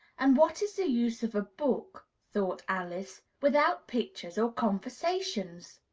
and what is the use of a book, thought alice, without pictures or conversations?